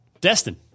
Destin